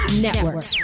Network